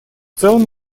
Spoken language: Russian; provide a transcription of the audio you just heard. целом